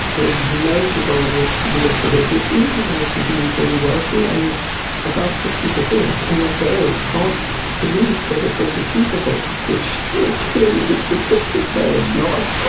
major goal was to be a celebrity or to be very wealthy, and about sixty percent, and of those, half believed that it was achievable, which clearly the statistics say it's not,